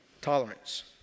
Tolerance